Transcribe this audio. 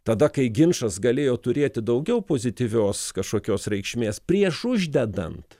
tada kai ginčas galėjo turėti daugiau pozityvios kažkokios reikšmės prieš uždedant